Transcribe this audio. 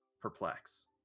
perplex